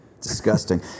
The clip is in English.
Disgusting